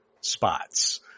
spots